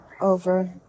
over